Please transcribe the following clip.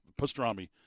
pastrami